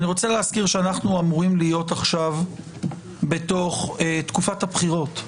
אני רוצה להזכיר שאנחנו אמורים להיות עכשיו בתוך תקופת הבחירות,